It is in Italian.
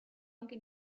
anche